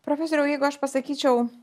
profesoriau jeigu aš pasakyčiau